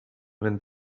when